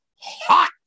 hot